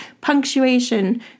punctuation